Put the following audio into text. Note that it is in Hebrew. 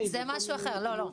לא,